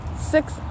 six